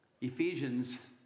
Ephesians